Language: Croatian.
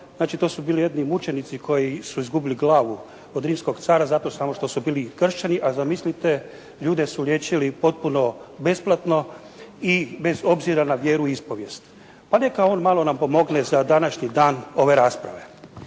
znači to su bili jedni mučenici koji su izgubili glavu od rimskog cara zato samo što su bili kršćani, a zamislite ljude su liječili potpuno besplatno i bez obzira na vjeru i ispovijest. Pa neka on malo nama pomogne za današnji dan ove rasprave.